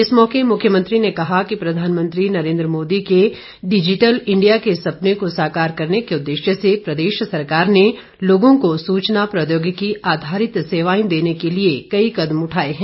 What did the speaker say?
इस मौके मुख्यमंत्री ने कहा कि प्रधानमंत्री नरेन्द्र मोदी के डिजिटल इंडिया के सपने को साकार करने के उददेश्य से प्रदेश सरकार ने लोगों को सूचना प्रौद्योगिकी आधारित सेवाएं देने के लिए कई कदम उठाए हैं